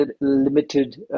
limited